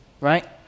Right